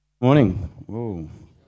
Morning